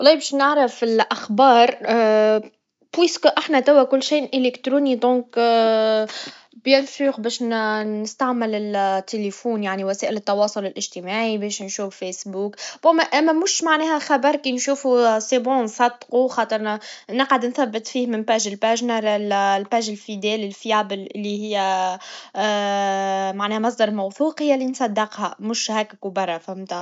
والله باش نعرف الأخبار, و لأننا كل شيء توا إلكتروني, لذلك و بكل تأكيد باش نستعمل ال- التليفون يعني, وسائل التواصل الإجتماعي, باش نمشوا, فيسبوك, جيد, أما مش معناها خبر كي نشوفا جيد نصدقوا, خاطر نقعد نثبت فيه منة صفحة لصفحا, نرى الصفحة الموثوقا, اللي هيا, معناها مصدر موثوق, هيا اللي نصدقها, مش هاك كوبرا, فهمت؟